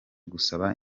gusaba